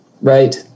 Right